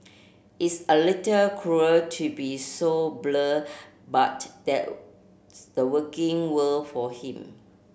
it's a little cruel to be so blunt but that the working world for him